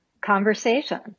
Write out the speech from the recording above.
conversation